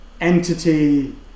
entity